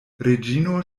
reĝino